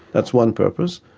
that's one purpose.